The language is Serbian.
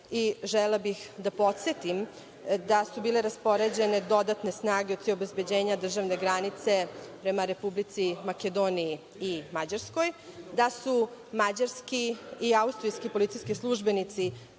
Želela bih da podsetim da su bile raspoređene dodatne snage radi obezbeđenja državne granice prema Republici Makedoniji i Mađarskoj, da su mađarski i austrijski policijski službenici